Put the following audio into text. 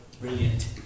brilliant